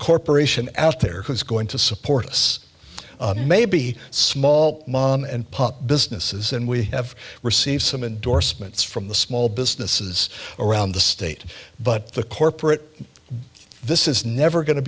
corporation out there who's going to support us maybe small mom and pop businesses and we have received some endorsements from the small businesses around the state but the corporate this is never going to